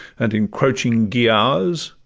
and encroaching giaours,